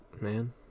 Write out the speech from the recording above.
man